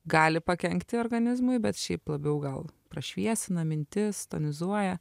gali pakenkti organizmui bet šiaip labiau gal prašviesina mintis tonizuoja